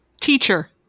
teacher